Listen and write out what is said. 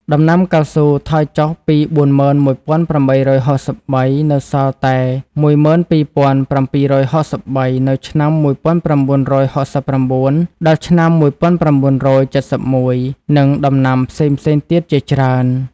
ដំណាំកៅស៊ូថយចុះពី ៤១៨៦៣ នៅសល់តែ ១២៧៦៣ នៅឆ្នាំ ១៩៦៩ ដល់ ឆ្នាំ១៩៧១ និងដំណាំ ផ្សេងៗទៀតជាច្រើន។